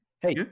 Hey